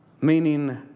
Meaning